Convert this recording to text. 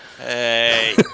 Hey